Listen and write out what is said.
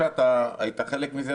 היית חלק מזה,